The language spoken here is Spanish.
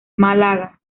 málaga